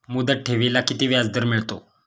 मुदत ठेवीला किती व्याजदर मिळतो?